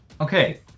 Okay